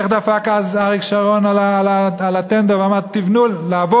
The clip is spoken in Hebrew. איך דפק אז אריק שרון על הטנדר ואמר: לעבוד,